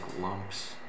lumps